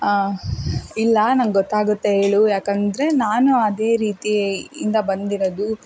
ಇಲ್ಲ ನಂಗೆ ಗೊತ್ತಾಗುತ್ತೆ ಹೇಳು ಯಾಕಂದರೆ ನಾನೂ ಅದೇ ರೀತಿಯಿಂದ ಬಂದಿರೋದು